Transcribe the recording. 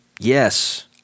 Yes